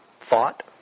thought